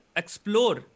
explore